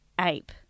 ape